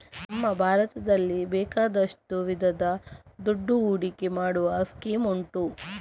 ನಮ್ಮ ಭಾರತದಲ್ಲಿ ಬೇಕಾದಷ್ಟು ವಿಧದ ದುಡ್ಡು ಹೂಡಿಕೆ ಮಾಡುವ ಸ್ಕೀಮ್ ಉಂಟು